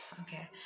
Okay